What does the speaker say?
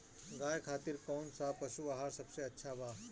गाय खातिर कउन सा पशु आहार सबसे अच्छा बा?